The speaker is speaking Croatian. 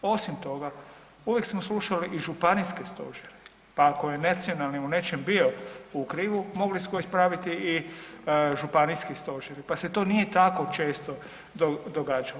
Osim toga, uvijek smo slušali i županijske stožere pa ako je nacionalni u nečemu bio u krivu, mogli su to ispraviti i županijski stožeri pa se to nije tako često događalo.